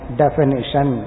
definition